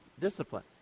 discipline